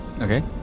Okay